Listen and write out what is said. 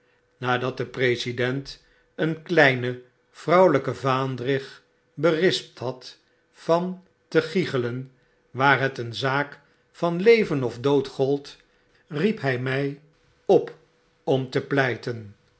nadat de president een kleine vrouwelyke vaandrig berispt had van te gichelen waarhet een zaak van leven of dood gold riep hy my op om te bepleiten